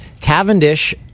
Cavendish